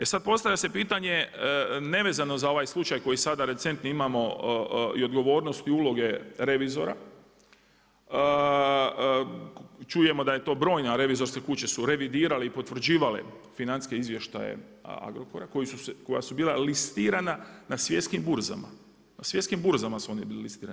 E sada postavlja se pitanje nevezano za ovaj slučaj koji sada recentno imamo i odgovornosti uloge revizora, čujemo da je to brojna revizorske kuće su revidirale i potvrđivale financijske izvještaje Agrokora koja su bila licitirana na svjetskim burzama, na svjetskim burzama su oni bili licitirani.